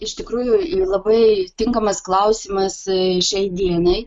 iš tikrųjų labai tinkamas klausimas šiai dienai